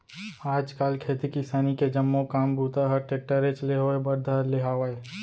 आज काल खेती किसानी के जम्मो काम बूता हर टेक्टरेच ले होए बर धर ले हावय